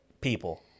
people